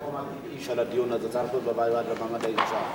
המקום הטבעי של הדיון הזה הוא בוועדה למעמד האשה.